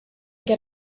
get